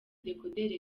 dekoderi